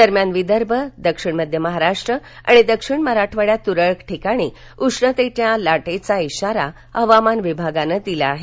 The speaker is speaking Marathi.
दरम्यान विदर्भ दक्षिण मध्य महाराष्ट्र आणि दक्षिण मराठवाडयात त्रळक ठिकाणी उष्णतेच्या लाटेचा श्वारा हवामान विभागानं दिला आहे